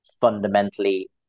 fundamentally